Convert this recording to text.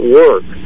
work